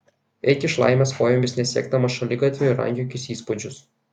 eik iš laimės kojomis nesiekdamas šaligatvio ir rankiokis įspūdžius